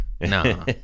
no